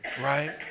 right